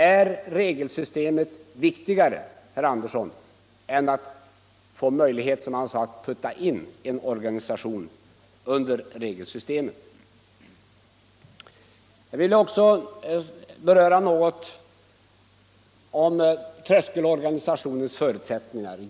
Är regelsystemet viktigare, herr Andersson i Lycksele, än möjligheten att — som han sade —- putta in en organisation under regelsystemet? Jag vill också något beröra tröskelorganisationernas förutsättningar.